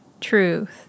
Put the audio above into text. truth